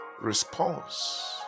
response